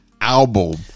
album